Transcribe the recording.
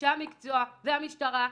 אנשי המקצוע והמשטרה,